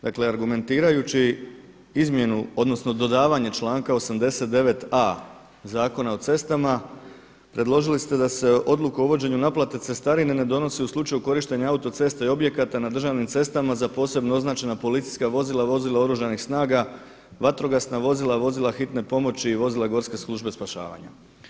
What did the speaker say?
Dakle, argumentirajući izmjenu, odnosno dodavanje članka 89a. Zakona o cestama predložili ste da se odluka o uvođenju cestarine ne donosi u slučaju korištenja autoceste i objekata na državnim cestama na posebno označena policijska vozila, vozila Oružanih snaga, vatrogasna vozila, vozila hitne pomoći i vozila Gorske službe spašavanja.